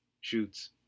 Shoots